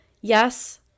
yes